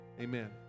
Amen